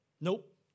Nope